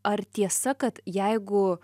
ar tiesa kad jeigu